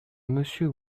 monsieur